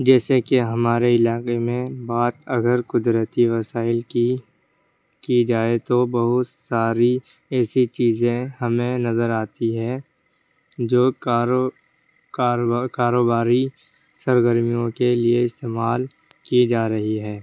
جیسے کہ ہمارے علاقے میں بات اگر قدرتی وسائل کی کی جائے تو بہت ساری ایسی چیزیں ہمیں نظر آتی ہے جو کاروباری سرگرمیوں کے لیے استعمال کی جا رہی ہے